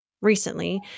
recently